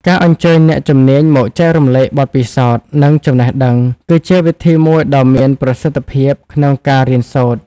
ការអញ្ជើញអ្នកជំនាញមកចែករំលែកបទពិសោធន៍ និងចំណេះដឹង គឺជាវិធីមួយដ៏មានប្រសិទ្ធភាពក្នុងការរៀនសូត្រ។